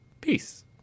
Peace